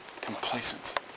Complacent